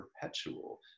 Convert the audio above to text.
perpetual